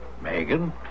Megan